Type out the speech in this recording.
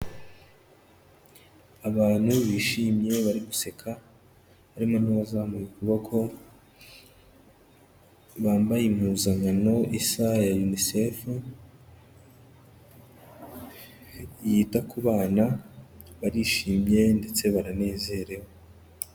Abantu bishimye bari guseka, harimo n'uwazamuye ukuboko, bambaye impuzankano isa ya Unicef, yita ku bana, barishimye ndetse baranezerewe.